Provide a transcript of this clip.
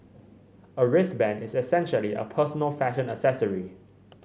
a wristband is essentially a personal fashion accessory